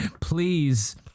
Please